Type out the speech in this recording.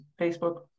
facebook